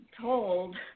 Told